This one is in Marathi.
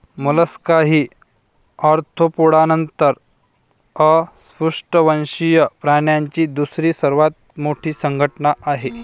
मोलस्का ही आर्थ्रोपोडा नंतर अपृष्ठवंशीय प्राण्यांची दुसरी सर्वात मोठी संघटना आहे